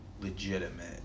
legitimate